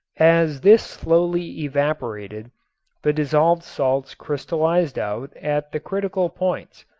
as this slowly evaporated the dissolved salts crystallized out at the critical points,